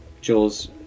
Jules